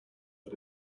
but